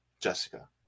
Jessica